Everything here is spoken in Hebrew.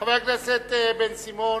חבר הכנסת בן-סימון,